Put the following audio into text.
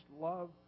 love